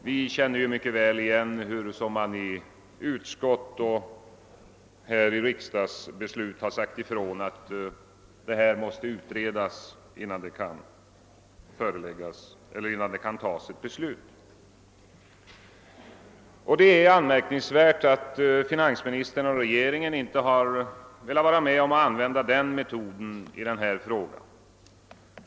Vi känner väl igen hurusom man i utskott och i riksdagsskrivelser har sagt ifrån att en fråga måste utredas, innan beslut kan fattas. Det är anmärkningsvärt att finansministern och regeringen inte har velat använda den metoden i denna fråga.